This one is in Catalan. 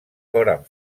foren